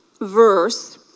verse